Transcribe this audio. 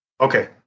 Okay